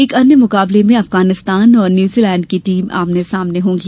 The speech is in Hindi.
एक अन्य मुकाबले में अफगानिस्तान और न्यूजीलैंड की टीम आमने सामने होंगी